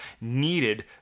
needed